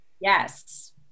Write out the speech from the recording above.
Yes